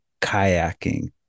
kayaking